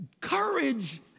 courage